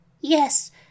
Yes